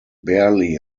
barely